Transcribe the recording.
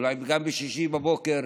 אולי גם בשישי בבוקר.